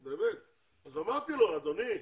באמת, אז אמרתי לו: אדוני,